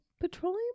petroleum